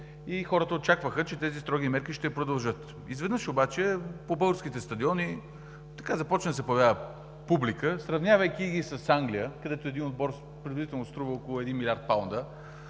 и хората очакваха, че тези строги мерки ще продължат. Изведнъж обаче по българските стадиони започна да се появява публика, сравнявайки ги с Англия, където един отбор приблизително струва около един милиард паунда